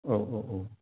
औ औ औ